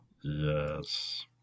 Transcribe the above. Yes